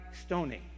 stoning